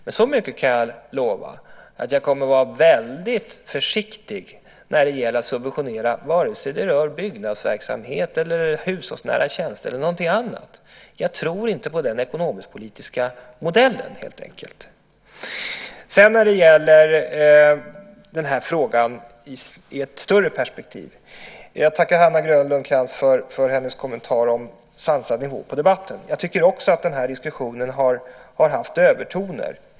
Men så mycket kan jag lova som att jag kommer att vara väldigt försiktig när det gäller att subventionera vare sig byggnadsverksamhet, hushållsnära tjänster eller någonting annat. Jag tror inte på den ekonomisk-politiska modellen helt enkelt. När det gäller den här frågan i ett större perspektiv tackar jag Anna Grönlund Krantz för hennes kommentar om en sansad nivå på debatten. Jag tycker också att den här diskussionen har haft övertoner.